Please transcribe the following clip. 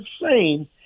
insane